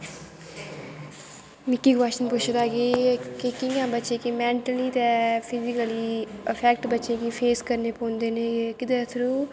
मिगी कवाशन पुच्छे दा कि कियां बच्चे गी मैंटली ते फिजिकली अफैक्ट बच्चे गी फेस करनें पौंदे नै केह्दे थ्रू